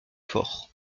fort